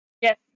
Yes